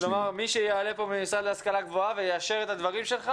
מי שיעלה פה מהמשרד להשכלה גבוהה ויאשר את הדברים שלך,